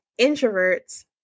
introverts